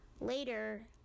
later